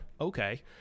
Okay